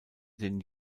den